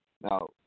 Now